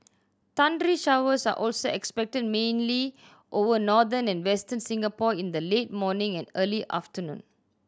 thundery showers are also expected mainly over northern and Western Singapore in the late morning and early afternoon